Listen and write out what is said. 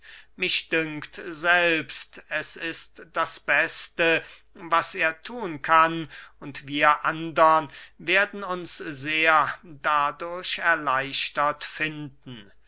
mich dünkt selbst es ist das beste was er thun kann und wir andern werden uns sehr dadurch erleichtert finden